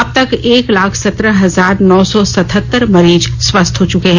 अब तक एक लाख सत्रह हजार नौ सौ सतहत्तर मरीज स्वस्थ हो चुके हैं